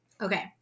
Okay